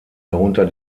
darunter